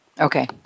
Okay